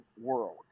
world